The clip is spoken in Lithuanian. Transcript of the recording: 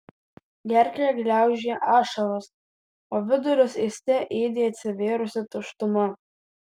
gerklę gniaužė ašaros o vidurius ėste ėdė atsivėrusi tuštuma